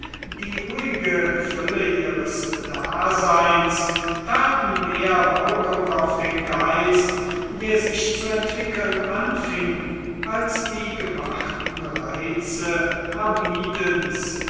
die ruhige fülle ihres daseins taten mehr wirkung auf den geist der sich zu entwickeln anfing als die gemachten reize